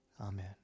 Amen